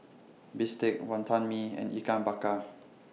Bistake Wonton Mee and Ikan Bakar